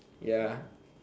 ya